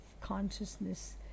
consciousness